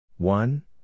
One